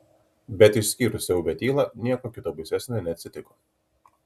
bet išskyrus siaubią tylą nieko kita baisesnio neatsitiko